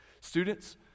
Students